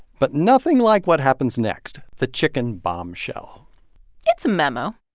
but nothing like what happens next the chicken bombshell it's a memo.